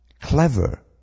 clever